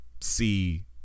see